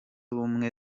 ubumwe